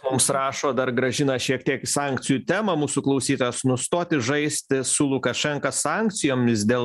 mums rašo dar grąžina šiek tiek į sankcijų temą mūsų klausytojas nustoti žaisti su lukašenka sankcijomis dėl